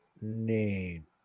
name